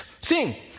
sing